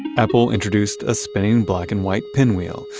apple introduced a spinning black and white pinwheel.